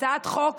הצעת חוק